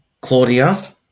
Claudia